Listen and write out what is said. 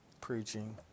preaching